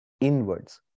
Inwards